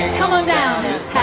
down this